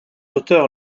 auteur